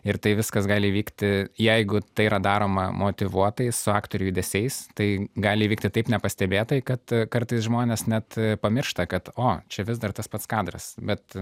ir tai viskas gali vykti jeigu tai yra daroma motyvuotai su aktorių judesiais tai gali įvykti taip nepastebėtai kad kartais žmonės net pamiršta kad o čia vis dar tas pats kadras bet